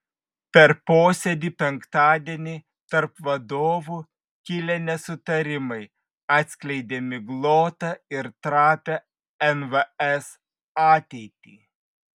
per posėdį penktadienį tarp vadovų kilę nesutarimai atskleidė miglotą ir trapią nvs ateitį